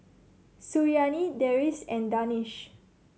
Suriani Deris and Danish